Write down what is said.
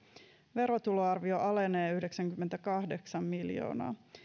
verotuloarvio alenee yhdeksänkymmentäkahdeksan miljoonaa